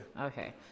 okay